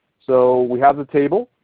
so we have the table.